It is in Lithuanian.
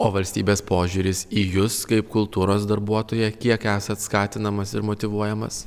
o valstybės požiūris į jus kaip kultūros darbuotoją kiek esat skatinamas ir motyvuojamas